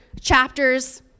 chapters